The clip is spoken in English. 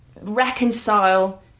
reconcile